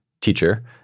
teacher